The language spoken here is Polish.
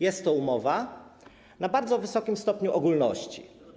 Jest to umowa na bardzo wysokim stopniu ogólności.